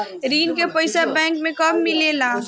ऋण के पइसा बैंक मे कब मिले ला?